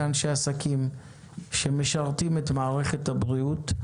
אנשי עסקים שמשרתים את מערכת הבריאות.